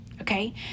Okay